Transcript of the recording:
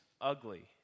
ugly